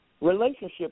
Relationships